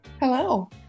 Hello